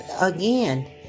again